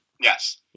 Yes